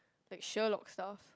like Sherlock stuff